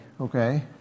okay